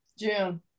June